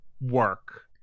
work